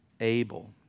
Abel